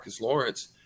Lawrence